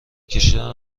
کشیدن